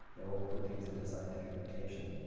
they will put things into scientific notation.